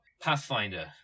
Pathfinder